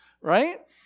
right